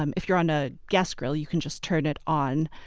um if you're on a gas grill, you can just turn it on,